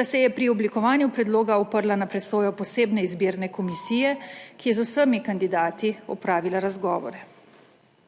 da se je pri oblikovanju predloga oprla na presojo posebne izbirne komisije, ki je z vsemi kandidati opravila razgovore.